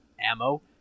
ammo